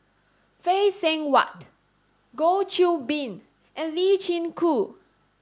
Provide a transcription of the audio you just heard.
Phay Seng Whatt Goh Qiu Bin and Lee Chin Koon